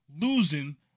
losing